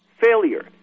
failure